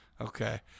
Okay